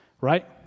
right